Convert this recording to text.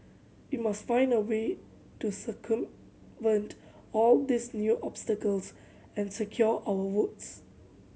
we must find a way to circumvent all these new obstacles and secure our votes